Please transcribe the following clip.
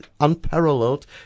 unparalleled